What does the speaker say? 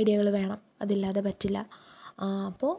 ഐഡിയകൾ വേണം അതില്ലാതെ പറ്റില്ല അപ്പോൾ